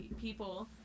people